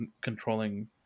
controlling